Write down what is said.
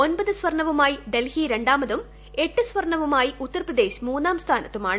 ഒമ്പത് സ്വർണ്ണവുമായി ഡൽഹി രാമതും എട്ട് സ്വർണ്ണവുമായി ഉത്തർപ്രദേശ് മൂന്നാം സ്ഥാനത്തുമാണ്